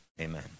amen